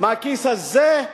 מהכיס הזה,